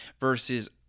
versus